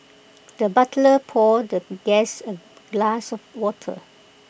the butler poured the guest A glass of water